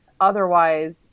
Otherwise